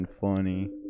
funny